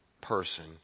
person